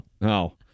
No